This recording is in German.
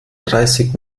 dreißig